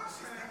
אושר,